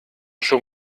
schon